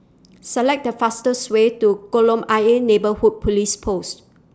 Select The fastest Way to Kolam Ayer Neighbourhood Police Post